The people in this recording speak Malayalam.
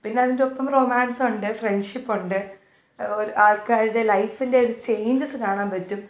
പിന്നതിൻറ്റൊപ്പം റൊമാൻസുണ്ട് ഫ്രെണ്ട്ഷിപ്പുണ്ട് ആൾക്കാരുടെ ലൈഫിന്റെയൊരു ചേഞ്ചസ്സ് കാണാൻ പറ്റും